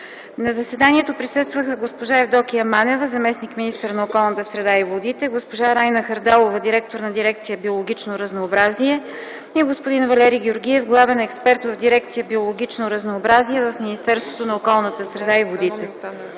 На заседанието присъстваха госпожа Евдокия Манева - заместник-министър на околната среда и водите, госпожа Райна Хардалова – директор на Дирекция „Биологично разнообразие”, и господин Валери Георгиев – главен експерт в Дирекция „Биологично разнообразие” в Министерството на околната среда и водите.